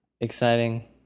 Exciting